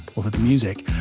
or for the music.